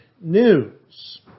news